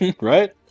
right